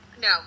no